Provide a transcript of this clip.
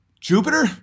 Jupiter